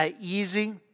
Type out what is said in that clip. easy